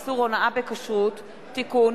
הצעת חוק איסור הונאה בכשרות (תיקון,